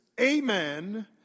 amen